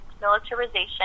militarization